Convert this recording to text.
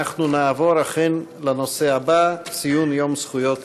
אנחנו נעבור לנושא הבא: ציון יום זכויות